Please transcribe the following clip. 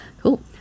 Cool